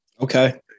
Okay